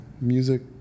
music